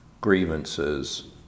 grievances